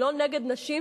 היא לא נגד נשים,